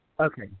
Okay